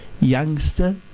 youngster